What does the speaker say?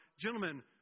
gentlemen